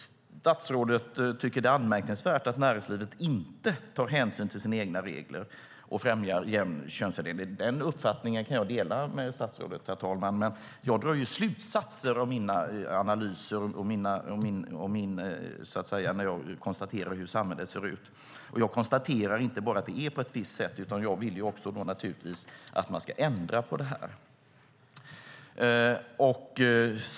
Statsrådet tycker att det är anmärkningsvärt att näringslivet inte tar hänsyn till sina egna regler och främjar jämn könsfördelning. Den uppfattningen kan jag dela med statsrådet, herr talman, men jag drar slutsatser av mina analyser när jag konstaterar hur samhället ser ut. Jag konstaterar inte bara att det är på ett visst sätt, utan jag vill naturligtvis att man ska ändra på detta.